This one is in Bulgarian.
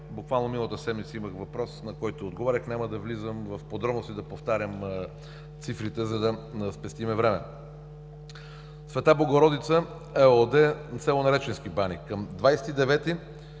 буквално миналата седмица имах въпрос, на който отговарях. Няма да влизам в подробностите, да повтарям цифрите, за да спестим време. „Света Богородица“ ЕООД – село Нареченски бани, към 20